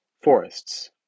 forests